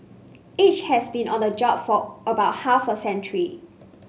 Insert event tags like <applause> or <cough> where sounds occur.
<noise> each has been on the job for about half a century